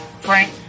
Frank